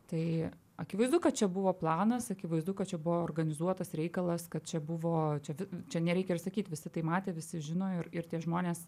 tai akivaizdu kad čia buvo planas akivaizdu kad čia buvo organizuotas reikalas kad čia buvo čia vi čia nereikia ir sakyti visi tai matė visi žino ir ir tie žmonės